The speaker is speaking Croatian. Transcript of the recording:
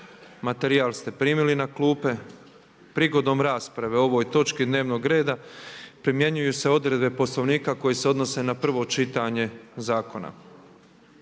Materijal ste primili na klupe. Prigodom rasprave o ovoj točki dnevnog reda primjenjuju se odredbe Poslovnika koje se odnose na prvo čitanje zakona.